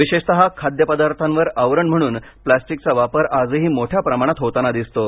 विशेषतः खाद्यपदार्थांवर आवरण म्हणून प्लास्टिकचा वापर आजही मोठ्या प्रमाणात होताना दिसतो